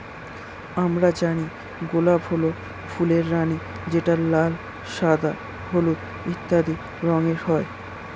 আমরা জানি গোলাপ হল ফুলের রানী যেটা লাল, সাদা, হলুদ ইত্যাদি রঙের হয়